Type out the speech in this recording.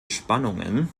spannungen